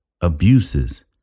abuses